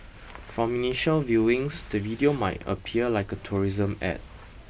from initial viewings the video might appear like a tourism ad